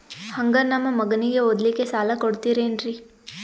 ಹಂಗ ನಮ್ಮ ಮಗನಿಗೆ ಓದಲಿಕ್ಕೆ ಸಾಲ ಕೊಡ್ತಿರೇನ್ರಿ?